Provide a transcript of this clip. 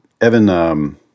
Evan